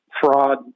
fraud